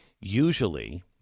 Usually